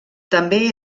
també